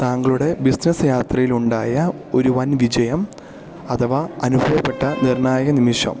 താങ്കളുടെ ബിസിനസ് യാത്രയിലുണ്ടായ ഒരു വൻ വിജയം അഥവാ അനുഭവപ്പെട്ട നിർണായക നിമിഷം